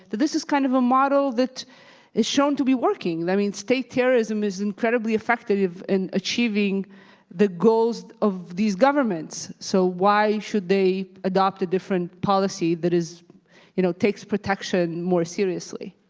that this is kind of a model that is shown to be working. i mean, state terrorism is incredibly effective in achieving the goals of these governments, so why should they adopt a different policy that you know takes protection more seriously?